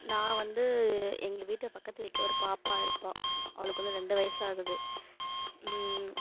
நான் வந்து எங்கள் வீட்டு பக்கத்து வீட்டில் ஒரு பாப்பா இருப்பாள் அவளுக்கு வந்து ரெண்டு வயசு ஆகுது